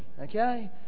okay